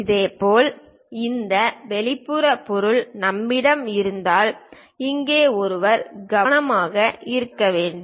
இதேபோல் இந்த வெளிப்புற பொருள் நம்மிடம் இருப்பதால் இங்கே ஒருவர் கவனமாக இருக்க வேண்டும்